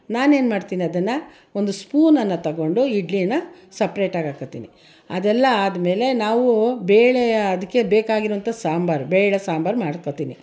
ನಾನೇನು ಮಾಡ್ತೀನಿ ಅದನ್ನು ಒಂದು ಸ್ಫೂನನ್ನು ತೊಗೊಂಡು ಇಡ್ಲಿನ ಸಪ್ರೇಟಾಗಿ ಹಾಕ್ಕೊಳ್ತೀನಿ ಅದೆಲ್ಲ ಆದ್ಮೇಲೆ ನಾವು ಬೇಳೆಯ ಅದಕ್ಕೆ ಬೇಕಾಗಿರುವಂಥ ಸಾಂಬಾರು ಬೇಳೆ ಸಾಂಬಾರು ಮಾಡ್ಕೊಳ್ತೀನಿ